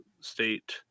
state